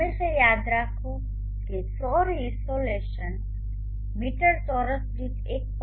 હંમેશાં યાદ રાખો કે સૌર ઇસોલેશન મીટર ચોરસ દીઠ 1